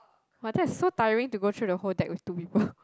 but that's so tiring to go through the whole deck with two people